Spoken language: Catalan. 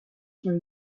com